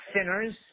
sinners